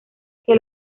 que